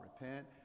repent